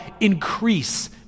increase